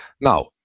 Now